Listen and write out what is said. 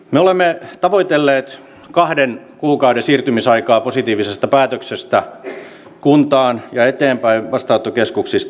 me olemme tavoitelleet kahden kuukauden siirtymisaikaa positiivisesta päätöksestä kuntaan ja eteenpäin vastaanottokeskuksista